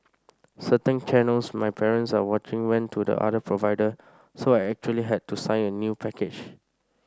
certain channels my parents are watching went to the other provider so I actually had to sign a new package